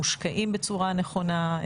מושקעים בצורה נכונה,